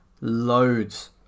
loads